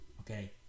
Okay